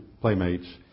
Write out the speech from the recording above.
playmates